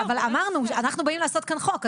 אבל אמרנו שאנחנו באים לעשות כאן חוק,